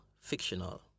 fictional